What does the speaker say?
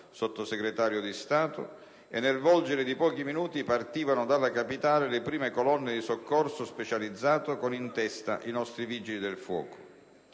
Sottosegretario di Stato, e nel volgere di pochi minuti partivano dalla capitale le prime colonne di soccorso specializzato con in testa i nostri Vigili del fuoco.